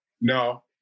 No